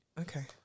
Okay